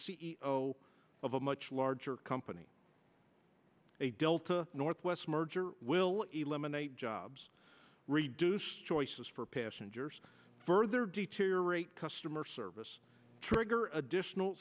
o of a much larger company a delta northwest merger will eliminate jobs reduce choices for passengers further deteriorate customer service trigger additional